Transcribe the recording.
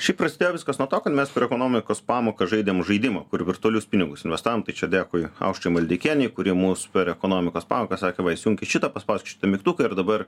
šiaip prasidėjo viskas nuo to kad mes per ekonomikos pamokas žaidėm žaidimą kur virtualius pinigus investavom tai čia dėkui aušrai maldeikienei kuri mums per ekonomikos pamokas sakė va įsijunkit šitą paspauskit šitą mygtuką ir dabar